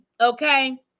okay